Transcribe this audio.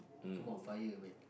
come on fire man